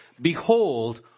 behold